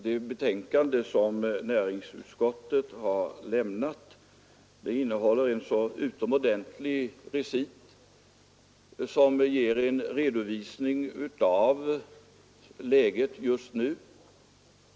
Det betänkande som näringsutskottet här har presenterat innehåller en utomordentlig recit som ger en redovisning av läget just nu.